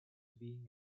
being